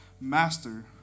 Master